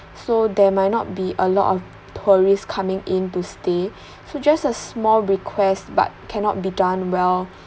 so there might not be a lot of tourists coming in to stay so just a small request but cannot be done well